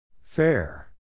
Fair